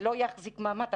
זה לא יחזיק מעמד.